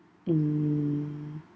um